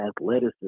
athleticism